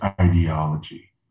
ideology